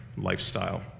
lifestyle